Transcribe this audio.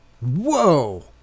Whoa